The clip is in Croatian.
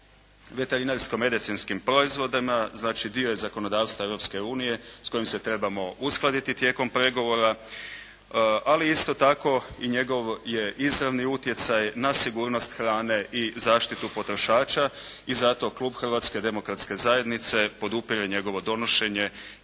veterinarsko-medicinskim proizvodima, znači dio je zakonodavstva Europske unije s kojim se trebamo uskladiti tijekom pregovora, ali isto tako i njegov je izravni utjecaj na sigurnost hrane i zaštitu potrošača. I zato klub Hrvatske demokratske zajednice podupire njegovo donošenje